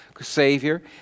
Savior